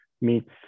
meets